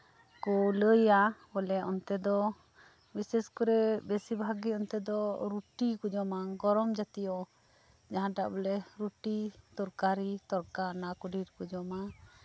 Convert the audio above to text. ᱩᱱᱠᱩ ᱠᱚ ᱞᱟᱹᱭᱟ ᱵᱤᱥᱮᱥ ᱠᱚᱨᱮ ᱚᱱᱛᱮ ᱫᱚ ᱨᱩᱴᱤ ᱠᱚ ᱡᱚᱢᱟ ᱜᱚᱨᱚᱢ ᱡᱟᱹᱛᱭᱚ ᱡᱟᱸᱦᱟᱴᱟᱜ ᱵᱚᱞᱮ ᱛᱚᱨᱠᱟᱨᱤ ᱛᱚᱲᱠᱟ ᱚᱱᱟ ᱠᱚ ᱰᱷᱮᱨ ᱠᱚ ᱡᱚᱢᱟ